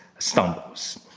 stumbles.